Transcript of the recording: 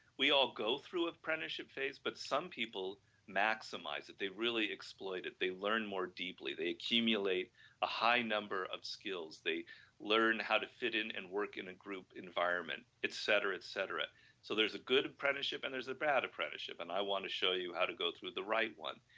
we all go through apprenticeship phase, but some people maximize if they really exploit it. they learn more deeply, they cumulate a high number of skills. they learn how to fit in and work in a group environment, etcetera, etcetera so, there is good apprenticeship and there is a bad apprenticeship and i want to show you how to go through the right one.